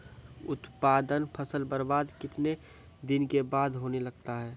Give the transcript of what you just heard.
उत्पादन फसल बबार्द कितने दिनों के बाद होने लगता हैं?